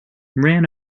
ran